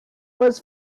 was